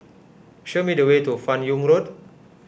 show me the way to Fan Yoong Road